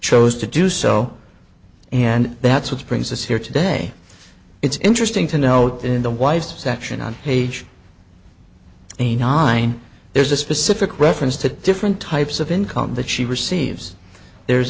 chose to do so and that's what brings us here today it's interesting to note in the wife section on page a nine there's a specific reference to different types of income that she receives there's